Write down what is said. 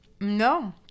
No